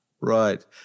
Right